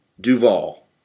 Duvall